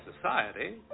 society